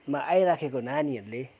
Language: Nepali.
मा आइराखेको नानीहरूले